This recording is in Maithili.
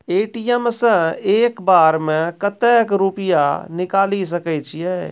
ए.टी.एम सऽ एक बार म कत्तेक रुपिया निकालि सकै छियै?